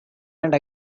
and